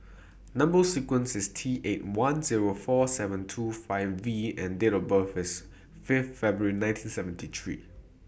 Number sequence IS T eight one Zero four seven two five V and Date of birth IS Fifth February nineteen seventy three